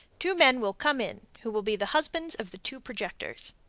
two men will come in who will be the husbands of the two projectors.